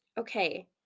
okay